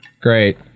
Great